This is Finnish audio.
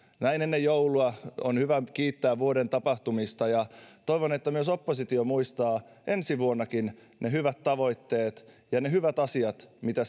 näin ennen joulua on hyvä kiittää vuoden tapahtumista ja toivon että myös oppositio muistaa ensi vuonnakin ne hyvät tavoitteet ja ne hyvät asiat mitä